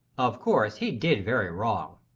of course he did very wrong.